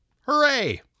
Hooray